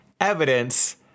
evidence